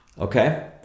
okay